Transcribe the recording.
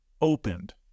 opened